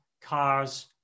cars